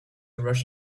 rush